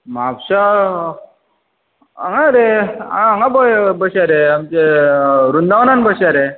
म्हापशा हांगां यो रे हांग हांगा पळय बसया रे आमचें वृंदावनान बसया रे